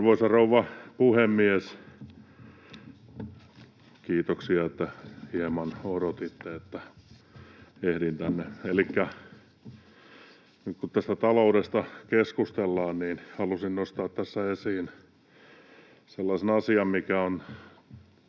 Arvoisa rouva puhemies! Kiitoksia, että hieman odotitte, että ehdin tänne. — Nyt kun taloudesta keskustellaan, niin haluan nostaa tässä esiin sellaisen asian,